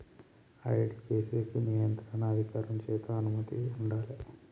audit చేసేకి నియంత్రణ అధికారం చేత అనుమతి ఉండాలే